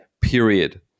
period